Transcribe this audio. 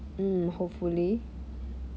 mm hopefully